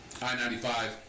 I-95